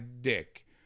dick